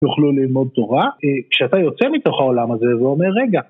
יוכלו ללמוד תורה, כשאתה יוצא מתוך העולם הזה ואומר "רגע"